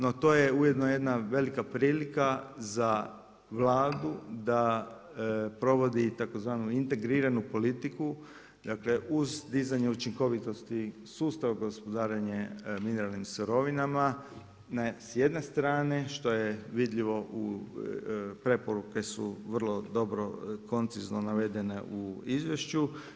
No to je ujedno jedna velika prilika za Vladu da provodi tzv. integriranu politiku dakle uz dizanje učinkovitosti sustava gospodarenja mineralnim sirovinama s jedne strane što je vidljivo, preporuke su vrlo dobro koncizno navedene u izvješću.